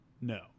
No